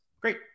Great